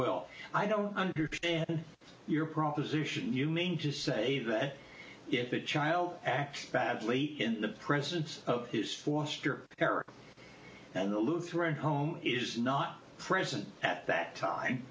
well i don't understand your proposition you mean to say that if a child acts badly in the presence of his forster character and the lutheran home is not present at that time